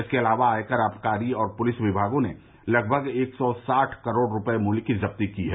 इसके अलावा आयकर आबकारी और पुलिस विभागों ने लगभग एक सौ साठ करोड़ रूपये मूल्य की ज़बी की है